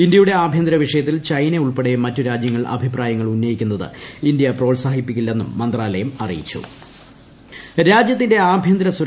ഇന്ത്യയുടെ ആഭ്യന്തര വിഷയത്തിൽ ചൈനയുൾപ്പെടെ മറ്റു രാജ്യങ്ങൾ അഭിപ്രായങ്ങൾ ഉന്നയിക്കുന്നത് ഇന്ത്യ പ്രോത്സാഹിപ്പിക്കില്ലെന്നും മന്ത്രാലയം അറിയിച്ചു